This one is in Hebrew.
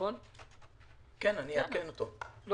אעדכן אותו,